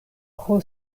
pro